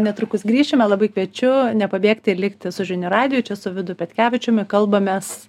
netrukus grįšime labai kviečiu nepabėgti ir likti su žinių radiju čia su vidu petkevičiumi kalbamės